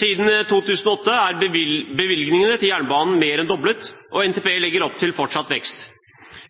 Siden 2008 er bevilgningene til jernbanen mer enn doblet, og NTP legger opp til fortsatt vekst.